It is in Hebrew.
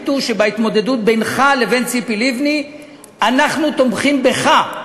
שבהתמודדות בינך לבין ציפי לבני אנחנו תומכים בך,